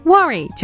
Worry